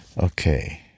Okay